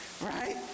right